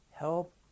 help